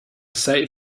sight